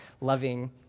loving